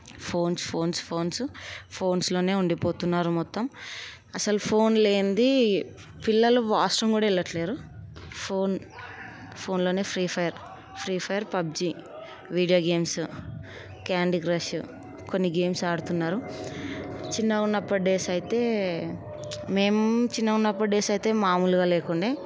phones phones phones ఫోన్స్లోనే ఉండిపోతున్నారు మొత్తం అసలు ఫోన్ లేనిది పిల్లలు వాష్రూమ్ కూడా వెళ్ళట్లేరు ఫోన్ ఫోన్స్లోనే free fire free fire PUBG video games candy crush కొన్ని గేమ్స్ ఆడుతున్నారు చిన్నగా ఉన్నప్పుడు డేస్ అయితే మేము చిన్నగా ఉన్న డేస్ అయితే మామూలుగా లేకుండే